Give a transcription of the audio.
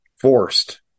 forced